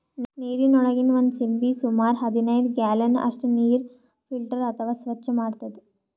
ನೀರಿನೊಳಗಿನ್ ಒಂದ್ ಸಿಂಪಿ ಸುಮಾರ್ ಹದನೈದ್ ಗ್ಯಾಲನ್ ಅಷ್ಟ್ ನೀರ್ ಫಿಲ್ಟರ್ ಅಥವಾ ಸ್ವಚ್ಚ್ ಮಾಡ್ತದ್